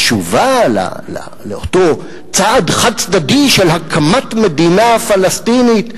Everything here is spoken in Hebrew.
התשובה לאותו צעד חד-צדדי של הקמת מדינה פלסטינית,